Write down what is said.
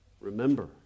Remember